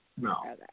No